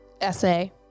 Essay